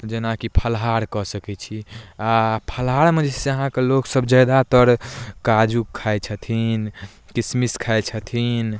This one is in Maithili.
जेनाकि फलाहार कऽ सकै छी आ फलाहारमे जे छै से अहाँके लोकसभ ज्यादातर काजू खाइ छथिन किशमिश खाइ छथिन